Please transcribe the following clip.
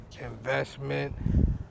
Investment